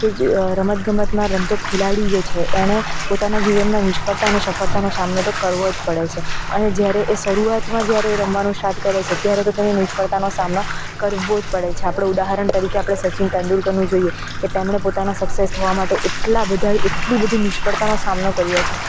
કે જે રમત ગમતના રમતો ખેલાડી જે છે એણે પોતાનાં જીવનમાં નિષ્ફળતા અને સફળતાનો સામનો તો કરવો જ પડે છે અને જ્યારે એ શરૂઆતમાં જ્યારે એ રમવાનું સ્ટાર્ટ કરે છે ત્યારે તેને નિષ્ફળતાનો સામનો કરવો જ પડે છે આપણે ઉદાહરણ તરીકે આપણે સચિન તેંડુલકરનું જોઈએ કે તેમણે પોતાના સક્સેસ થવા માટે એટલા બધા એટલી બધી નિષ્ફળતાનો સામનો કર્યો છે